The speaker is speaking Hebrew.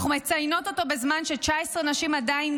אנחנו מציינות אותו בזמן ש-19 נשים עדיין